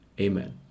Amen